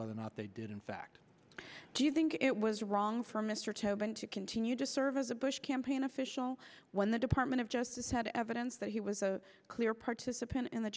whether or not they did in fact do you think it was wrong for mr tobin to continue to serve as a bush campaign official when the department of justice had evidence that he was a clear participant in the